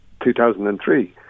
2003